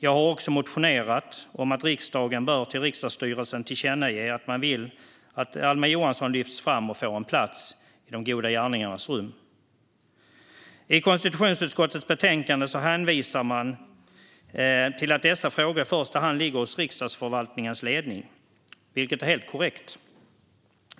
Jag har också motionerat om att riksdagen bör till riksdagsstyrelsen tillkännage att man vill att Alma Johansson lyfts fram och får en plats i De goda gärningarnas rum. I konstitutionsutskottets betänkande hänvisar man till att dessa frågor i första hand ligger hos Riksdagsförvaltningens ledning, vilket är helt korrekt.